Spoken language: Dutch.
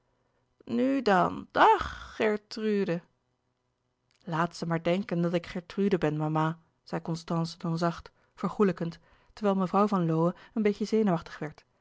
nu dan dag gertrude laat ze maar denken dat ik gertrude ben mama zei constance dan zacht vergoêlijkend terwijl mevrouw van lowe een beetje zenuwachtig werd